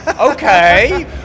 Okay